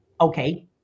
okay